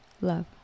love